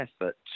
effort